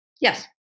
Yes